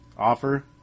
Offer